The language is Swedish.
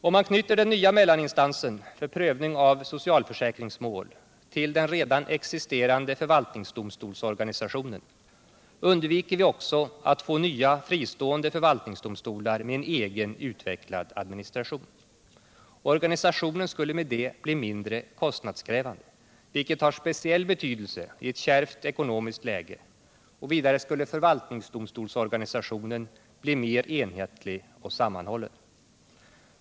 Om man knyter den nya mellaninstansen för prövning av socialförsäkringsmål till den redan existerande förvaltningsdomstolsorganisationen, undviker vi också att få nya, fristående förvaltningsdomstolar med en egen utvecklad administration. Organisationen skulle med det bli mindre kostnadskrävande, vilket har speciell betydelse i ett kärvt ekonomiskt läge, och vidare skulle förvaltningsdomstolsorganisationen bli mer enhetlig och sammanhållen.